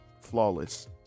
flawless